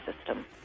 system